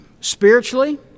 Spiritually